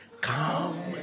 Come